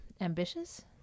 Ambitious